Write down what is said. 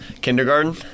kindergarten